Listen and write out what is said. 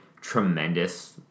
tremendous